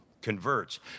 converts